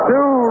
Two